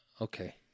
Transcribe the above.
Okay